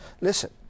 Listen